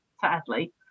sadly